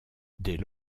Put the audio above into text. dès